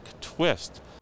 twist